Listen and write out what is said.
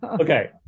okay